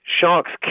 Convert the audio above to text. sharks